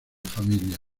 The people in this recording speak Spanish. familia